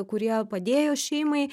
kurie padėjo šeimai